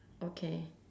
okay